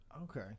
Okay